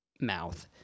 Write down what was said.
mouth